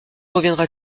reviendra